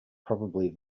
probably